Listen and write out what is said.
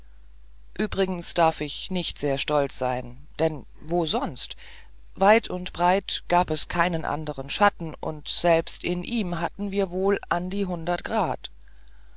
übrigens darf ich nicht sehr stolz sein denn wo sonst weit und breit gab es keinen anderen schatten und selbst in ihm hatten wir wohl an die hundert grad